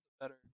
better